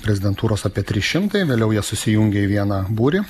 prezidentūros apie trys šimtai vėliau jie susijungė į vieną būrį